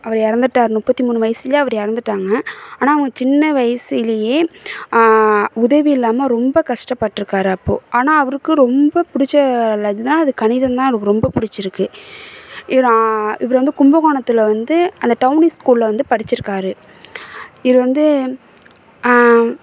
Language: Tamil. அவர் இறந்துட்டாரு முப்பத்தி மூணு வயசுல அவர் இறந்துட்டாங்க ஆனால் அவங்க சின்ன வயசுலையே உதவி இல்லாமல் ரொம்ப கஷ்டப்பட்ருக்கார் அப்போ ஆனால் அவருக்கு ரொம்ப பிடிச்சலதுதான் அது கணிதம் தான் அவருக்கு ரொம்ப பிடிச்சிருக்கு இவர் ஆ இவர் வந்து கும்பகோணத்தில் வந்து அந்த டவுன் இஸ்ஸ்கூலில் படிச்சிருக்கார் இவர் வந்து